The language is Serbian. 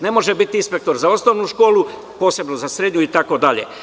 Ne može biti inspektor za osnovnu školu, posebno za srednju itd.